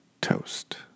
toast